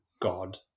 god